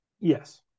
Yes